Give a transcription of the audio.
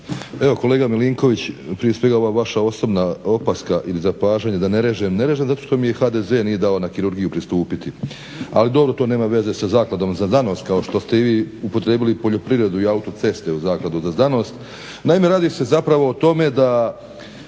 Kolega Milinković, prije svega ova vaša osobna opaska ili zapažanje da ne režem, ne režem zato što mi HDZ nije dao na kirurgiju pristupiti. Ali dobro, to nema veza sa Zakladom za znanost kao što ste i vi upotrijebili poljoprivredu i autoceste u Zakladu za znanost. Naime, radi se zapravo o tome da